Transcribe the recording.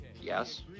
Yes